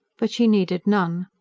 but she needed none.